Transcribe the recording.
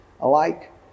alike